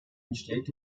entsteht